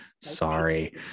Sorry